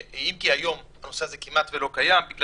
אם כי הנושא הזה כמעט לא קיים היום מכיוון